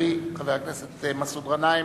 חברי חבר הכנסת מסעוד גנאים.